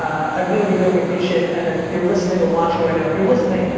i really, really appreciate it. and if you're listening or watching right now, if you're listening,